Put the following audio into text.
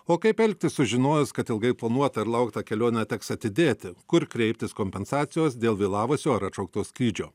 o kaip elgtis sužinojus kad ilgai planuotą ir lauktą kelionę teks atidėti kur kreiptis kompensacijos dėl vėlavusio ar atšaukto skrydžio